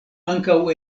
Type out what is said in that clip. ankaŭ